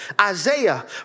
Isaiah